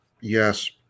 Yes